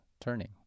turning